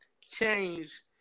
change